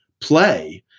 play